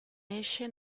esce